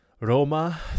Roma